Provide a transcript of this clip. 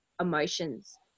emotions